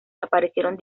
aparecieron